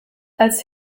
als